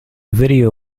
video